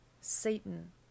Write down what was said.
Satan